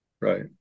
Right